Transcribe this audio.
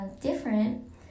different